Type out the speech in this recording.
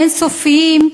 אין-סופיים,